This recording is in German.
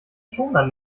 schoner